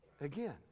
again